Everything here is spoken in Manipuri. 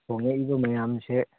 ꯍꯣꯡꯉꯛꯏꯕ ꯃꯌꯥꯝꯁꯦ